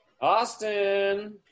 Austin